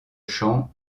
chant